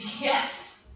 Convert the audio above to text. Yes